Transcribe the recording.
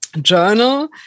journal